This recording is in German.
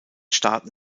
staaten